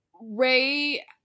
Ray